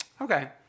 Okay